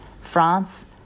France